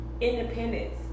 independence